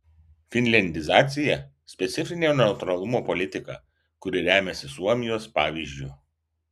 finliandizacija specifinė neutralumo politika kuri remiasi suomijos pavyzdžiu